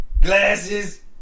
glasses